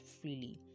freely